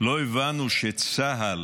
לא הבנו שצה"ל